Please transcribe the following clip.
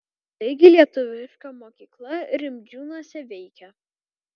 taigi lietuviška mokykla rimdžiūnuose veikia